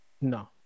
No